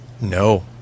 No